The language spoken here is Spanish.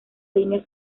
línea